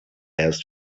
has